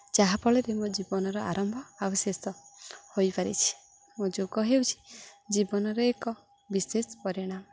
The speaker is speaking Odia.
ଯାହା ଫଳରେ ମୋ ଜୀବନର ଆରମ୍ଭ ଆଉ ଶେଷ ହୋଇପାରିଛି ମୋ ଯୋଗ ହେଉଛି ଜୀବନର ଏକ ବିଶେଷ ପରିଣାମ